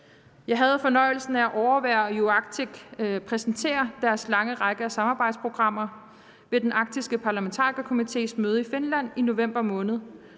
Jeg havde fornøjelsen af at overvære UArctic præsentere deres lange række af samarbejdsprogrammer ved den arktiske parlamentarikerkomités møde i Finland i november måned,